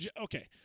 Okay